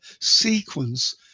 sequence